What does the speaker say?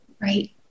right